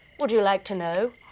would you like to know